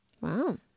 Wow